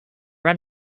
run